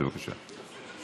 בבקשה, אדוני.